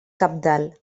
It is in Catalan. cabdal